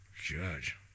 Judge